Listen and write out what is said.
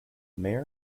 mayor